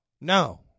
no